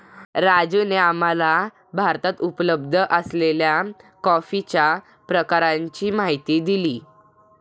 राजूने आम्हाला भारतात उपलब्ध असलेल्या कॉफीच्या प्रकारांची माहिती दिली